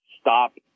stop